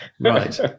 Right